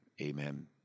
amen